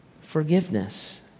forgiveness